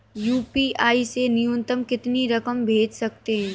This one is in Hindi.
यू.पी.आई से न्यूनतम कितनी रकम भेज सकते हैं?